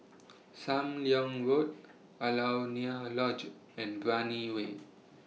SAM Leong Road Alaunia Lodge and Brani Way